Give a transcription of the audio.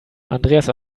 andreas